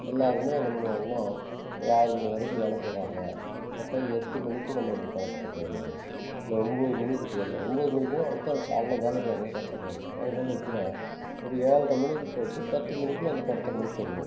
எல்லோருமே என்ன பண்ணுவாங்கன்னா ஒரு ஆறு மணி வரைக்கும் வேலை செய்கிறாங்க அப்போ எட்டு மணிக்கு நம்ம இந்த படத்தை எடுத்து போடலாம் இல்லை ஒன்போது மணிக்கு போடலாம் ஒன்போது மணிக்குனா அடுத்த நாள் காலையில் வேலைக்கு வரது கஷ்டமாக இருக்கும் அதனால எத்தினா ஒரு ஏழ்ர மணிக்கு போட்டு பத்து மணிக்குள்ள அந்த படத்தை முடிச்சுருணும்